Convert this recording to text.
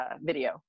video